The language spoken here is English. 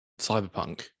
cyberpunk